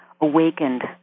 awakened